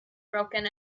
broken